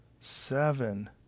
seven